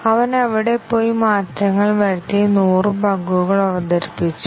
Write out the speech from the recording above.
അവൻ അവിടെ പോയി മാറ്റങ്ങൾ വരുത്തി 100 ബഗുകൾ അവതരിപ്പിച്ചു